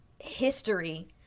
history